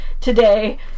today